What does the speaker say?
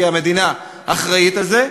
כי המדינה אחראית לזה,